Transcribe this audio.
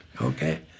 Okay